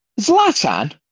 Zlatan